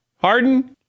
Harden